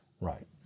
Right